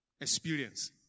experience